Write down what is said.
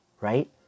Right